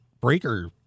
Breaker